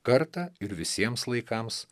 kartą ir visiems laikams